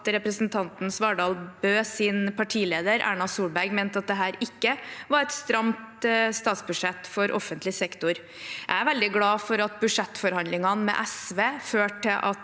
at representanten Svardal Bøes partileder, Erna Solberg, mente at dette ikke var et stramt statsbudsjett for offentlig sektor. Jeg er veldig glad for at budsjettforhandlingene med SV førte til at